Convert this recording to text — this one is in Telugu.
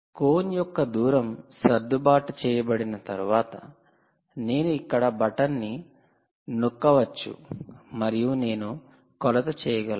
కోన్ యొక్క దూరం సర్దుబాటు చేయబడిన తర్వాత నేను ఇక్కడ బటన్ను నొక్కవచ్చు మరియు నేను కొలత చేయగలను